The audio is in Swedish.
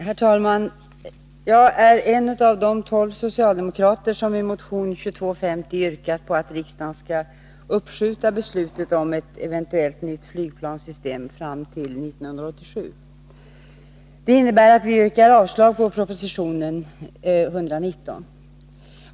Herr talman! Jag är en av de tolv socialdemokrater som i motion 2250 yrkat att riksdagen skall uppskjuta beslutet om ett eventuellt nytt flygplanssystem till 1987. Det innebär att vi yrkar avslag på proposition 1982/83:119.